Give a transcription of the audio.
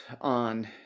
on